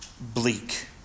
bleak